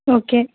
okay